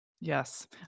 Yes